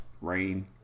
rain